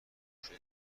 شدی